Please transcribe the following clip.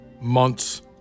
months